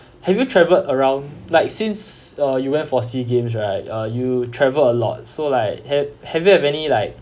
have you travelled around like since uh you went for SEA games right uh you travel a lot so like have have you have any like